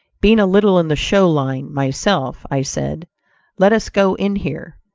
being a little in the show line myself, i said let us go in here.